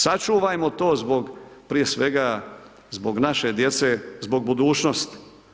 Sačuvajmo to zbog prije svega zbog naše djece, zbog budućnosti.